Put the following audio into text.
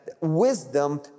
wisdom